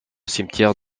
cimetière